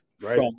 Right